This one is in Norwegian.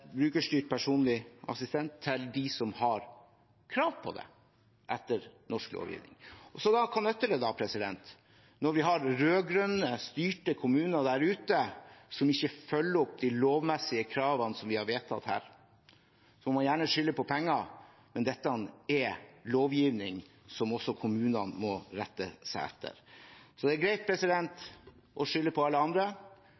brukerstyrt personlig assistanse, til de som har krav på det etter norsk lovgivning. Og hva nytter det da, når vi har rød-grønn-styrte kommuner der ute som ikke følger opp de lovmessige kravene som vi har vedtatt her? Man må gjerne skylde på penger, men dette er lovgivning som også kommunene må rette seg etter. Så det er greit